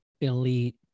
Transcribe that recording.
elite